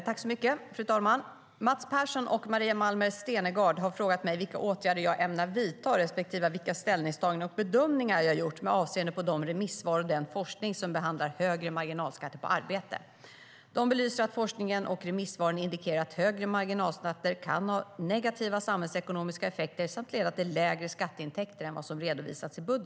Fru talman! Mats Persson och Maria Malmer Stenergard har frågat mig vilka åtgärder jag ämnar vidta, respektive vilka ställningstaganden och bedömningar jag gjort, med avseende på de remissvar och den forskning som behandlar högre marginalskatter på arbete. De belyser att forskningen och remissvaren indikerar att högre marginalskatter kan ha negativa samhällsekonomiska effekter samt leda till lägre skatteintäkter än vad som redovisats i budgeten.